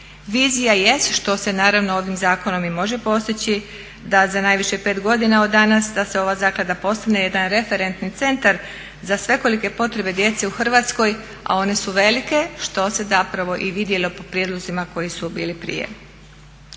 Vizija jest, što se naravno ovim zakonom i može postići da za najviše 5 godina od danas da se ova zaklada postane jedan referentni centar za svekolike potrebe djece u Hrvatskoj a one su velike, što se zapravo i vidjelo po prijedlozima koji su bili prije.